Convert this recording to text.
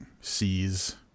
sees